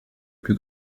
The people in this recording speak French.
plus